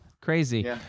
crazy